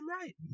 right